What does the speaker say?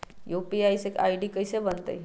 UPI के ID कैसे बनतई?